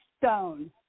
stone